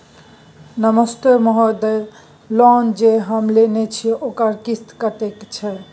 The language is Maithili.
नमस्ते महोदय, लोन जे हम लेने छिये ओकर किस्त कत्ते छै?